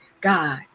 God